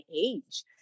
age